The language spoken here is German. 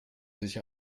sich